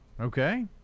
Okay